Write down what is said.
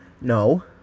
No